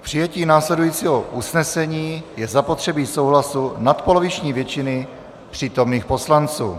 K přijetí následujícího usnesení je zapotřebí souhlasu nadpoloviční většiny přítomných poslanců.